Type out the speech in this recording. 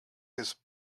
his